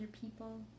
people